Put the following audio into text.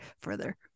further